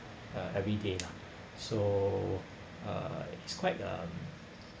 uh every day lah so uh it's quite um